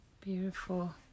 beautiful